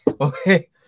Okay